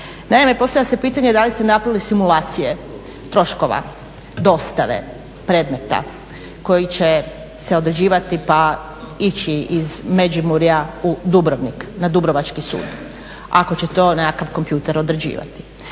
Naime, postavlja se pitanje da li ste napravili simulacije troškova dostave predmeta koji će se određivati pa ići iz Međimurja u Dubrovnik na Dubrovački sud? Ako će to nekakav kompjuter određivati.